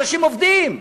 אנשים עובדים,